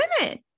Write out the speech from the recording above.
women